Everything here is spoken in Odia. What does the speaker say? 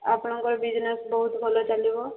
ଆପଣଙ୍କର ବିଜନେସ୍ ବହୁତ ଭଲ ଚାଲିବ